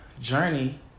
journey